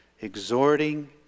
Exhorting